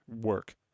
work